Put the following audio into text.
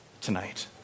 tonight